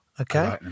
Okay